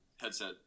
headset